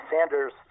Sanders